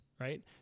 right